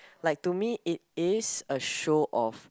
like to me it is a show of